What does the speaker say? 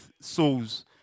souls